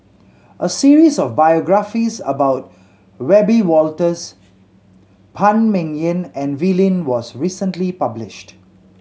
a series of biographies about Wiebe Wolters Phan Ming Yen and Wee Lin was recently published